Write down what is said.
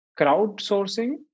crowdsourcing